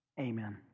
Amen